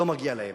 לא מגיע להם,